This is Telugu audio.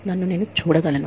నన్ను నేను చూడగలను